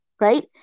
right